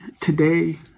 today